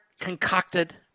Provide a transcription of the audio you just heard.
concocted